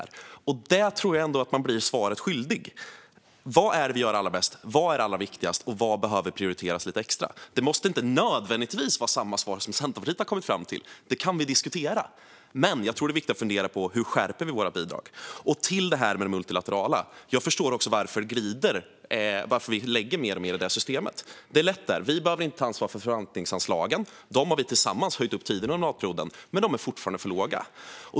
Där tror jag ändå att man blir svaret skyldig. Vad är det vi gör allra bäst? Vad är allra viktigast, och vad behöver prioriteras lite extra? Det måste inte nödvändigtvis vara samma svar som Centerpartiet har kommit fram till. Det kan vi diskutera. Men det är viktigt att fundera på hur vi skärper vårt bidrag. Till detta kommer det multilaterala. Jag förstår varför vi glider och lägger alltmer i det systemet. Det är lättare. Vi behöver inte ta ansvar för förvaltningsanslagen. De har vi tillsammans höjt upp tidigare under mandatperioden, men de är fortfarande för låga.